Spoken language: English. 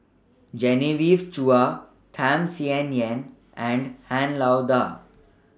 Genevieve Chua Tham Sien Yen and Han Lao DA